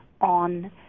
on